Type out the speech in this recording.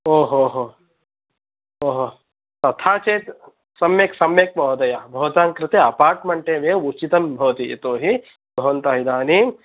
ओहोहो हो तथा चेत् सम्यक् सम्यक् महोदय भवतां कृते अपार्ट्मेन्ट् एव उचितं भवति यतो हि भवन्तः इदानीं